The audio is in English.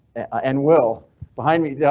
and will behind me. yeah